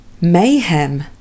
Mayhem